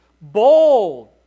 bold